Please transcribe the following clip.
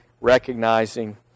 recognizing